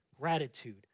gratitude